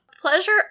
Pleasure